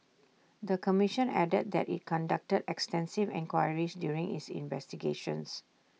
the commission added that IT conducted extensive inquiries during its investigations